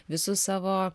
visus savo